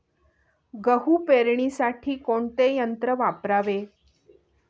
गहू पेरणीसाठी कोणते यंत्र वापरावे?